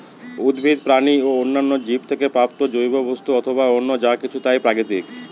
উদ্ভিদ, প্রাণী ও অন্যান্য জীব থেকে প্রাপ্ত জৈব বস্তু অথবা অন্য যা কিছু তাই প্রাকৃতিক